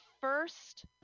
first